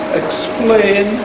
explain